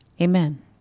Amen